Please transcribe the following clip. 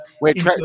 Wait